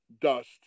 dust